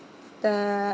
the